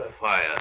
Fire